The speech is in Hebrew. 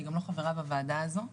אני גם לא חברה בוועדה הזו,